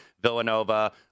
Villanova